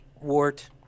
Wart